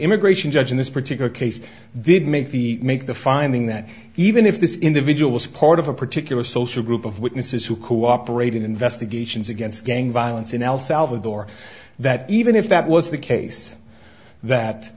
immigration judge in this particular case did make the make the finding that even if this individual was part of a particular social group of witnesses who cooperated investigations against gang violence in el salvador that even if that was the case that